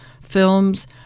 films